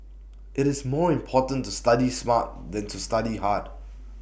IT is more important to study smart than to study hard